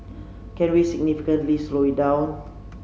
can we significantly slow it down